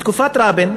בתקופת רבין,